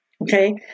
okay